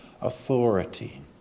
authority